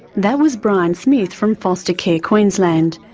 that was bryan smith, from foster care queensland.